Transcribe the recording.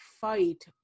fight